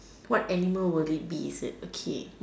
what animal will it be is it okay